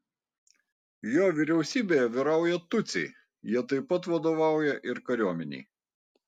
jo vyriausybėje vyrauja tutsiai jie taip pat vadovauja ir kariuomenei